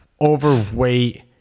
overweight